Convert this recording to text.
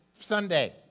Sunday